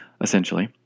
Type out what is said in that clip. essentially